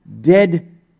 dead